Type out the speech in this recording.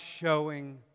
showing